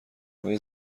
های